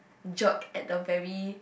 jerk at the very